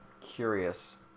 curious